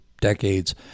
decades